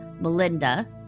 Melinda